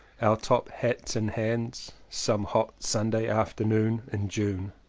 our top hats in hands, some hot sunday afternoon in june.